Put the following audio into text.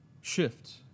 shift